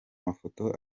mafoto